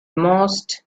most